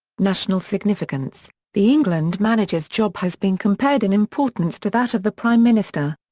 national significance the england manager's job has been compared in importance to that of the prime minister.